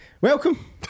Welcome